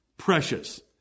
precious